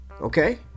okay